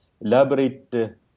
elaborate